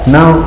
Now